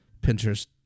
Pinterest